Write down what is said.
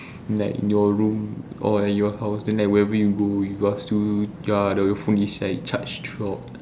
like your room or at your house then like whenever you go you ya like your phone is like charged throughout